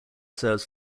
serves